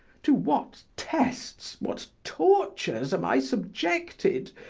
to what tests, what tortures am i subjected,